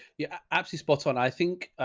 yeah actually spot on. i think,